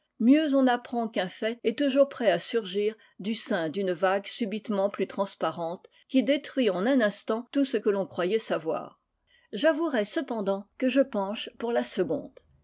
mieux on apprend qu'un fait est toujours prêt à surgir du sein d'une vague subitement plus transparente qui détruit en un instant tout ce que l'on croyait savoir j'avouerai cependant que je penche pour la seconde